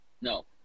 No